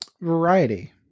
Variety